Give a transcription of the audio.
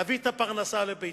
להביא את הפרנסה לביתו.